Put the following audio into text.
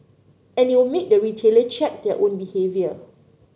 and it will make the retailer check their own behaviour